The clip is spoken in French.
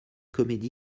comédie